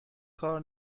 کار